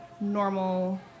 normal